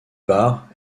bar